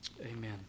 Amen